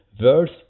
verse